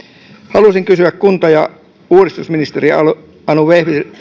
haluaisin kysyä kunta ja uudistusministeri anu